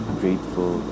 grateful